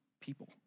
people